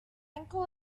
ankle